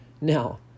Now